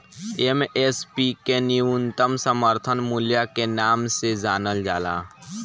MSP के न्यूनतम समर्थन मूल्य के नाम से जानल जाला